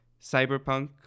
cyberpunk